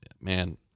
man